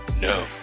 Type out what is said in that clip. No